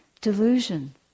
delusion